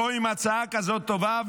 רואים הצעה כזאת טובה,